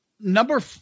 Number